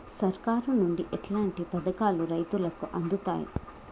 సర్కారు నుండి ఎట్లాంటి పథకాలు రైతులకి అందుతయ్?